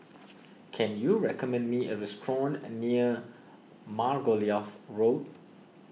can you recommend me a restaurant and near Margoliouth Road